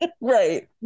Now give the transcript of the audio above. Right